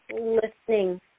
listening